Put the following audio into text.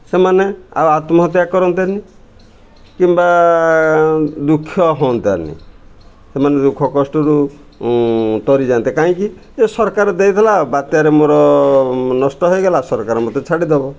ସେମାନେ ଆଉ ଆତ୍ମହତ୍ୟା କରନ୍ତେନି କିମ୍ବା ଦୁଃଖ ହୁଅନ୍ତେନି ସେମାନେ ଦୁଃଖ କଷ୍ଟରୁ ତରିଯାଆନ୍ତେ କାହିଁକି ଯେ ସରକାର ଦେଇଥିଲା ଆଉ ବାତ୍ୟାରେ ମୋର ନଷ୍ଟ ହୋଇଗଲା ସରକାର ମୋତେ ଛାଡ଼ିଦେବ